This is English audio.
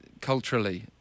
culturally